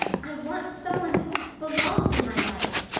i want some one who belongs in my life.